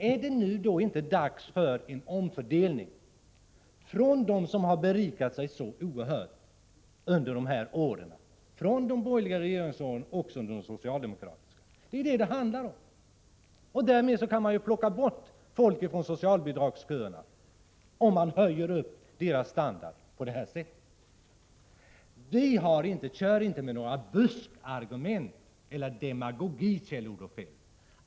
Är det inte nu dags för en omfördelning, från dem som har berikat sig så oerhört såväl under de borgerliga regeringsåren som under de socialdemokratiska till dem som hela tiden har fått det sämre? Om man på detta sätt höjer människornas standard, kan man plocka bort folk från socialbidragsköerna. Vi kör inte med några ”buskargument” eller med demagogi, Kjell-Olof Feldt!